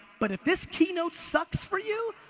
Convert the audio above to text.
but if this keynote sucks for you,